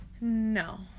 No